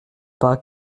pas